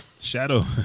Shadow